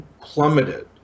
plummeted